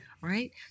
right